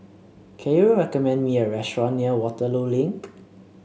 can you recommend me a restaurant near Waterloo Link